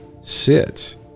sits